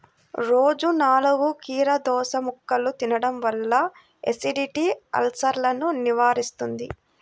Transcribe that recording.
రోజూ నాలుగు కీరదోసముక్కలు తినడం వల్ల ఎసిడిటీ, అల్సర్సను నివారిస్తుంది